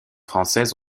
françaises